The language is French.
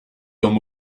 dents